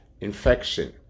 infection